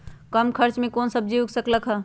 कम खर्च मे कौन सब्जी उग सकल ह?